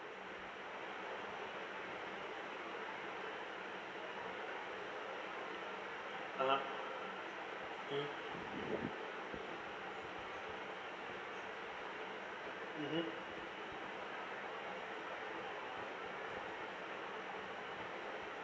(uh huh) mmhmm mmhmm